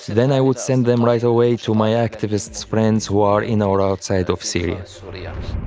then i would send them right away to my activist friends who are in or outside of syria. sort of yeah